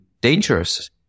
dangerous